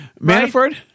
Manafort